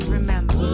remember